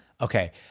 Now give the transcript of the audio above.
Okay